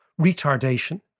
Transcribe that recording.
retardation